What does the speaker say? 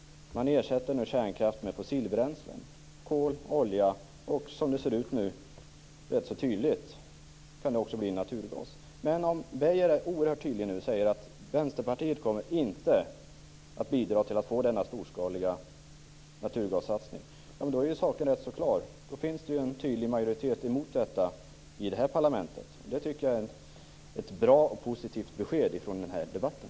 Man ersätter nu kärnkraft med fossilbränslen, med kol, olja och eventuellt naturgas. Om Lennart Beijer nu är oerhört tydlig och säger att Vänsterpartiet inte kommer att bidra till denna storskaliga naturgassatsning är saken rätt klar; då finns det en tydlig majoritet mot en sådan i detta parlament. Det skulle vara ett bra och positivt besked från den här debatten.